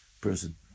person